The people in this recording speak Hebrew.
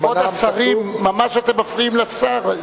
זמנן קצוב, כבוד השרים, אתם ממש מפריעים לשר.